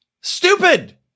Stupid